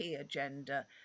agenda